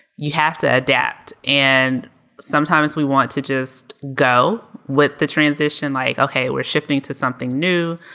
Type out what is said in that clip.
you have to adapt. and sometimes we want to just go with the transition, like, ok, we're shifting to something new,